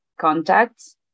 contacts